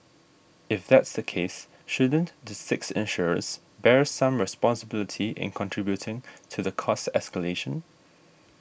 if that's the case shouldn't the six insurers bear some responsibility in contributing to the cost escalation